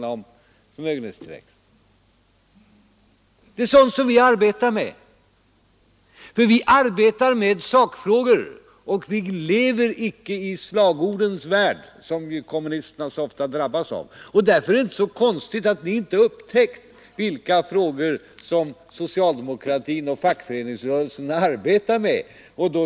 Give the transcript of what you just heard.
Det är alltså sådant som vi arbetar med. Vi sysslar med sakfrågor och lever icke i slagordens värld, något som ju kommunisterna så ofta drabbas av. Därför är det inte heller så konstigt att ni inte upptäckt vilka frågor som socialdemokratin och fackföreningsrörelsen arbetar med.